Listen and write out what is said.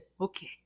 okay